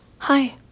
Hi